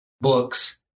books